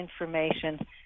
information